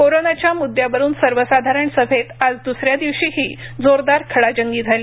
कोरोनाच्या म्द्द्यावरून सर्वसाधारण सभेत आज द्सऱ्या दिवशीही जोरदार खडाजंगी झाली